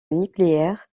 nucléaire